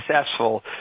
successful